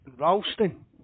Ralston